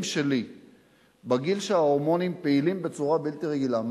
שלי בגיל שההורמונים פעילים בצורה בלתי רגילה,